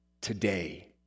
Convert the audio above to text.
Today